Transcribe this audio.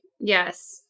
Yes